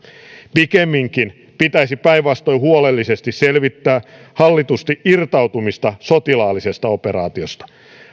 pikemminkin pitäisi päinvastoin huolellisesti selvittää hallitusti irtautumista sotilaallisesta operaatiosta